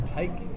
take